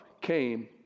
came